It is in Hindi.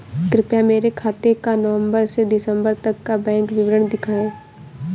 कृपया मेरे खाते का नवम्बर से दिसम्बर तक का बैंक विवरण दिखाएं?